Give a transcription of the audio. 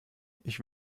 ich